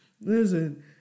Listen